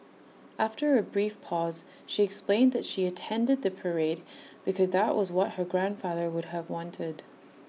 after A brief pause she explained that she attended the parade because that was what her grandfather would have wanted